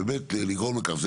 באמת לגרום לכך.